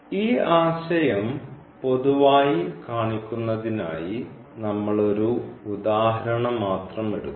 ഈ ആശയം പൊതുവായി കാണിക്കുന്നതിനായി നമ്മൾ ഒരു ഉദാഹരണം മാത്രം എടുക്കുന്നു